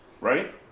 Right